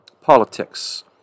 politics